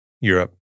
Europe